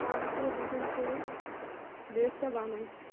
তার উপরে ডিপেন্ড করে ড্রেসটা বানাই